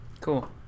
Cool